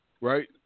Right